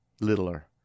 Littler